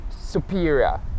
superior